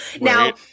Now